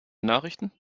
nachrichten